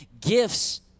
gifts